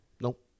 Nope